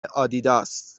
آدیداس